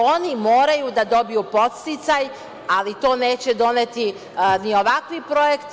Oni moraju da dobiju podsticaj, ali to neće doneti ovakvi projekti.